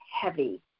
heavy